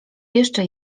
jeszcze